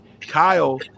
Kyle